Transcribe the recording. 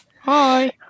Hi